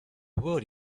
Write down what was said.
would